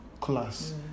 class